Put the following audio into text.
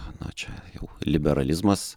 na čia jau liberalizmas